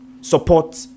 support